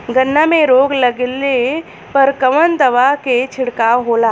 गन्ना में रोग लगले पर कवन दवा के छिड़काव होला?